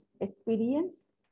experience